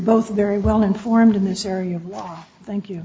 both very well informed in this area thank you